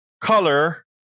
color